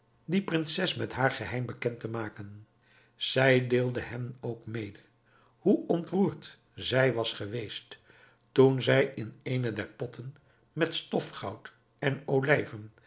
die prinses met haar geheim bekend te maken zij deelde hem ook mede hoe ontroerd zij was geweest toen zij in eene der potten met stofgoud en olijven